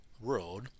world